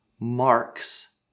marks